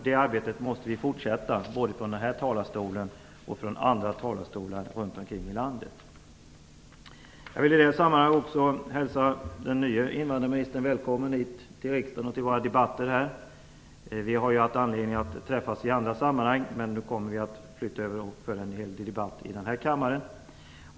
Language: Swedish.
Det arbetet måste vi fortsätta både från den här talarstolen och från andra talarstolar runt omkring i landet. Jag vill i detta sammanhang också hälsa den nye invandrarministern välkommen hit till riksdagen och till våra debatter. Vi har haft anledning att träffas i andra sammanhang, men nu kommer vi att flytta över och föra en hel del debatter i denna kammare.